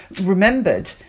remembered